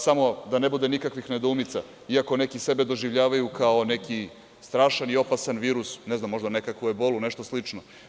Samo da ne bude nikakvih nedoumica, iako neki sebe doživljavaju kao neki strašan i opasan virus, možda kao neku ebolu ili nešto slično.